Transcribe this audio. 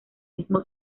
mismo